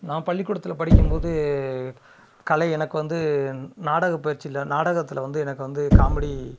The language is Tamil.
நான் பள்ளி கூடத்தில் படிக்கும் போது கலை எனக்கு வந்து நாடகப்பயிற்சியில் நாடகத்தில் வந்து எனக்கு வந்து காமெடி